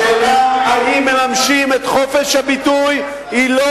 השאלה אם מממשים את חופש הביטוי היא לא